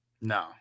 No